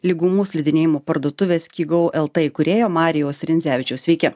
lygumų slidinėjimo parduotuvės skigo lt įkūrėjo marijaus rindzevičiaus sveiki